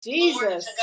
Jesus